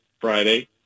Friday